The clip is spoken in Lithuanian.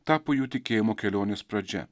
tapo jų tikėjimo kelionės pradžia